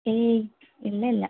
ഏഹ് ഇല്ലയില്ല